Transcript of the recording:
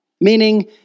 Meaning